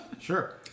Sure